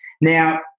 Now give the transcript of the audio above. Now